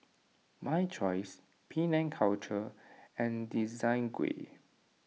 My Choice Penang Culture and Desigual